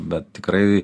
bet tikrai